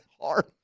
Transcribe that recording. hard